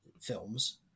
films